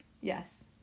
Yes